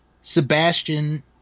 Sebastian